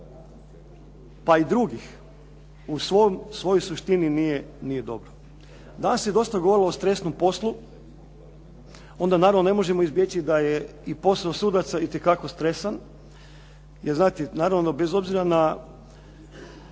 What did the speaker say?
pa i drugih u svojoj suštini nije dobro. Danas se dosta govorilo o stresnom poslu. Onda naravno ne možemo izbjeći da je i posao sudaca itekako stresan, jer znate naravno bez obzira na